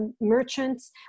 Merchants